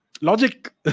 Logic